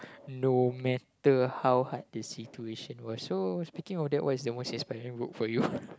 no matter how hard the situation was so speaking of that what was the most inspired book for you